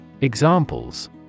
Examples